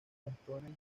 bastones